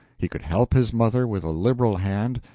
he could help his mother with a liberal hand,